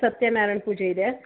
ಸತ್ಯನಾರಾಯಣ ಪೂಜೆ ಇದೆ